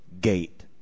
gate